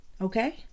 Okay